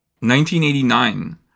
1989